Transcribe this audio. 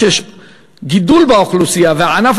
מכיוון שיש גידול באוכלוסייה והענף